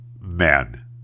men